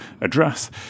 address